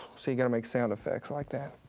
see, you gotta make sound effects like that.